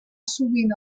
sovint